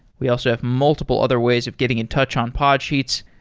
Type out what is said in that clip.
we also have multiple other ways of getting in touch on podsheets.